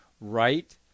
right